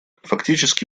фактически